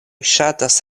ŝatas